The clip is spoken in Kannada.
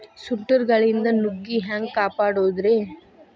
ಸುಂಟರ್ ಗಾಳಿಯಿಂದ ನುಗ್ಗಿ ಹ್ಯಾಂಗ ಕಾಪಡೊದ್ರೇ?